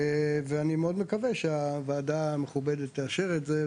ואני מאוד מקווה שהוועדה המכובדת תאשר את זה,